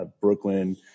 Brooklyn